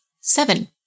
Seven